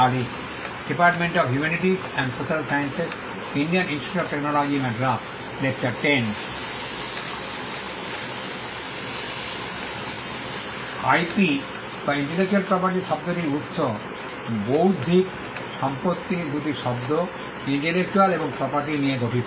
IP বা intellectual property শব্দটির উত্স বৌদ্ধিক সম্পত্তি দুটি শব্দ ইন্টেলেকচুয়াল এবং প্রপার্টি নিয়ে গঠিত